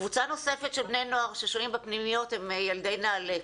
קבוצה נוספת של בני נוער ששוהים בפנימיות הם ילדי נעל"ה.